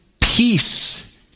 peace